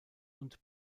und